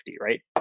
right